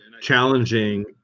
challenging